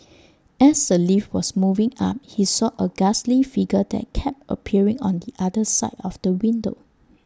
as the lift was moving up he saw A ghastly figure that kept appearing on the other side of the window